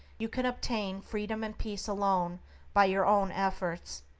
you can obtain freedom and peace alone by your own efforts,